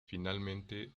finalmente